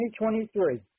2023